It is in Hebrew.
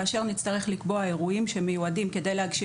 כאשר נצטרך לקבוע אירועים שמיועדים כדי להגשים